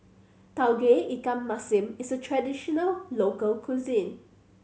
Tauge Ikan Masin is a traditional local cuisine